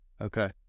Okay